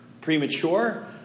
premature